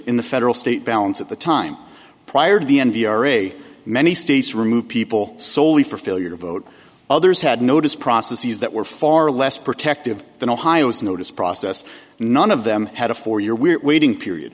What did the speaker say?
in the federal state balance at the time prior to the n p r a many states removed people soley for failure to vote others had notice processes that were far less protective than ohio's notice process none of them had a four year we're waiting period